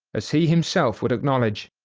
as he himself would acknowledge.